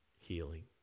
healing